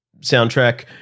soundtrack